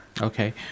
okay